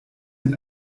mit